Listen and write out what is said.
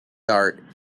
art